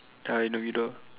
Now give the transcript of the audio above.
ya in the middle